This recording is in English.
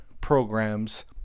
programs